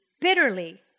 bitterly